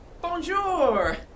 Bonjour